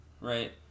right